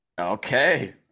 Okay